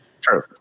True